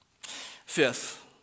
Fifth